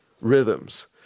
rhythms